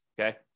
Okay